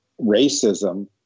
racism